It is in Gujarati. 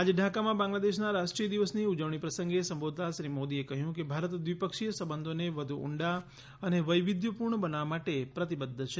આજે ઢાકામાં બાંગ્લાદેશના રાષ્ટ્રીય દિવસની ઉજવણી પ્રસંગે સંબોધતા શ્રી મોદીએ કહ્યું કે ભારત દ્વિપક્ષીય સંબંધોને વધુ ઊંડા અને વૈવિધ્યપૂર્ણ બનાવવા માટે પ્રતિબદ્ધ છે